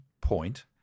point